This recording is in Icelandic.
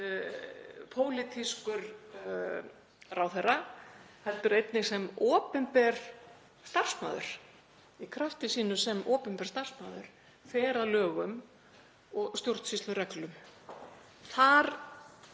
pólitískur ráðherra heldur einnig sem opinber starfsmaður, í krafti sínum sem opinber starfsmaður, fer að lögum og stjórnsýslureglum. Þar